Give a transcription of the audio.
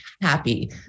happy